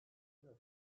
tarafı